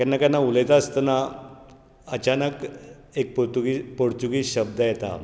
केन्ना केन्ना उलयता आसतना अचानक एक पुर्तूगीज पोर्चूगीज शब्द येता